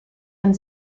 and